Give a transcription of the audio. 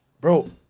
bro